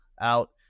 out